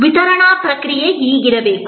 ವಿತರಣಾ ಪ್ರಕ್ರಿಯೆಯಲ್ಲಿ ಇರುತ್ತದೆ